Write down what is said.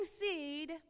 seed